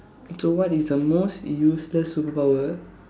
so what is the most useless superpower